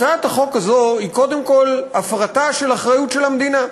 הצעת החוק הזאת היא קודם כול הפרטה של אחריות של המדינה.